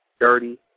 dirty